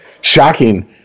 Shocking